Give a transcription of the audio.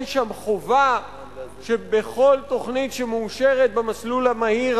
אין שם חובה שבכל תוכנית שמאושרת במסלול המהיר,